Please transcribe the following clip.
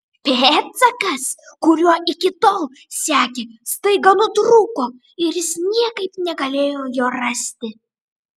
pėdsakas kuriuo iki tol sekė staiga nutrūko ir jis niekaip negalėjo jo rasti